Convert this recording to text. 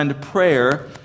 prayer